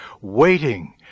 waiting